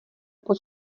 pod